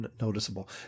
noticeable